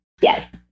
yes